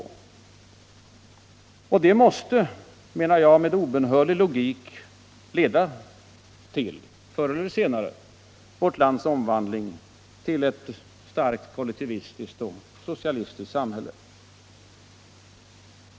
Och det måste, menar jag, med obönhörlig logik förr eller senare leda till vårt lands omvandling till ett starkt kollektivistiskt och socialistiskt samhälle.